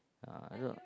uh I don't know